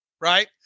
right